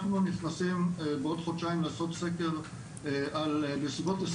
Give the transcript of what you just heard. אנחנו נכנסים בעוד חודשיים לעשות סקר על 22